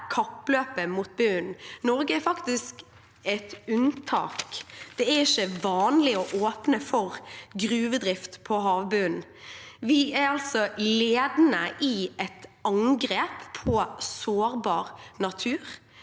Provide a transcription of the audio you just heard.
Norge er faktisk et unntak. Det er ikke vanlig å åpne for gruvedrift på havbunnen. Vi er altså ledende i et angrep på sårbar natur.